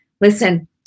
Listen